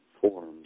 forms